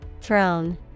Throne